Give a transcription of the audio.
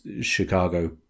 Chicago